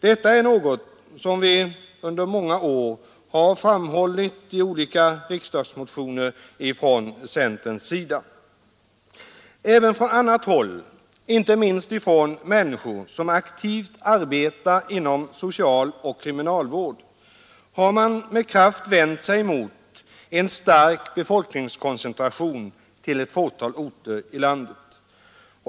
Detta är något som vi under många år har framhållit i olika riksdagsmotioner från centerns sida. Även andra människor, inte minst de som aktivt arbetar inom socialoch kriminalvård, har med kraft vänt sig mot en stark befolkningskoncentration till ett fåtal orter i landet.